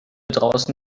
draußen